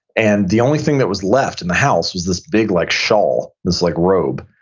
and the only thing that was left in the house was this big like shawl, this like robe.